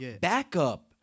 backup